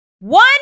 One